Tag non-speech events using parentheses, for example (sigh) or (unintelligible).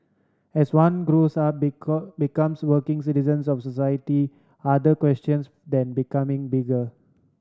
as one grows up (unintelligible) becomes working citizens of society other questions then becoming bigger